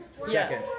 Second